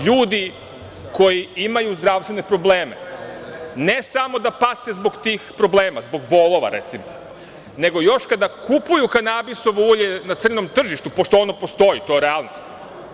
LJudi koji imaju zdravstvene probleme, ne samo da pate zbog tih problema, zbog bolova recimo, nego još kada kupuju kanabisovo ulje na crnom tržištu, pošto ono postoji, to je realnost.